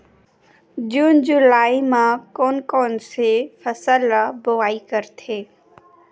जून जुलाई म कोन कौन से फसल ल बोआई करथे?